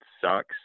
sucks